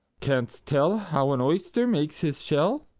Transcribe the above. canst tell how an oyster makes his shell?